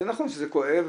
זה נכון שזה כואב,